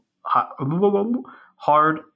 hard